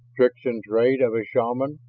tricks-in-trade of a shaman?